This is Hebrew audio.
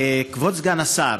כבוד סגן השר,